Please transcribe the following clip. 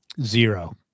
Zero